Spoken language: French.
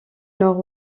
nord